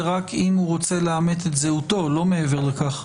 זה רק אם הוא רוצה לאמת את זהותו ולא מעבר לכך.